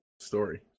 Story